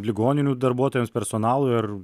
ligoninių darbuotojams personalui ar